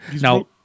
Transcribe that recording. Now